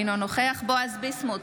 אינו נוכח בועז ביסמוט,